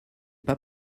pas